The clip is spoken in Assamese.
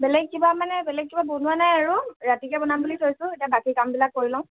বেলেগ কিবা মানে বেলেগ কিবা বনোৱা নাই আৰু ৰাতিকৈ বনাম বুলি থৈছোঁ এতিয়া বাকী কামবিলাক কৰি লওঁ